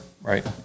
right